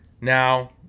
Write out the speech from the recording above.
Now